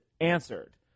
answered